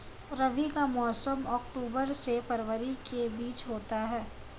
रबी का मौसम अक्टूबर से फरवरी के बीच होता है